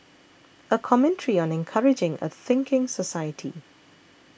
a commentary on encouraging a thinking society